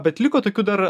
bet liko tokių dar